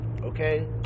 Okay